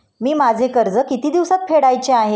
मी माझे कर्ज किती दिवसांत फेडायचे आहे?